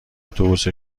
اتوبوس